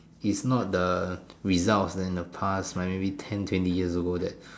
it's not the results and the past like maybe ten twenty years ago that